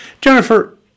Jennifer